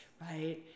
right